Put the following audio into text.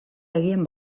agian